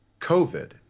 COVID